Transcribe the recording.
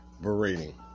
berating